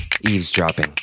Eavesdropping